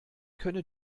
könne